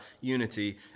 unity